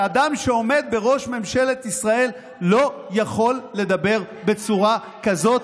שאדם שעומד בראש ממשלת ישראל לא יכול לדבר בצורה כזאת,